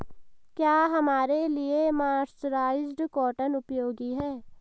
क्या हमारे लिए मर्सराइज्ड कॉटन उपयोगी है?